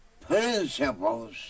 principles